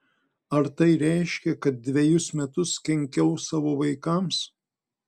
ar tai reiškia kad dvejus metus kenkiau savo vaikams